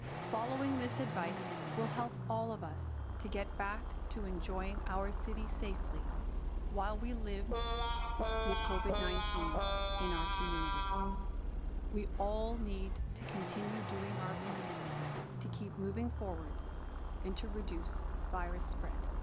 following this advice will help all of us to get back to enjoying our city safely while we live with covid nineteen in our community we all need to continue doing our part to keep moving forward and to reduce virus spread